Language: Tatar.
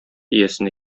иясенә